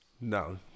No